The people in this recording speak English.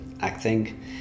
acting